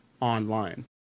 online